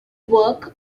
work